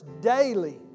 daily